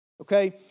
Okay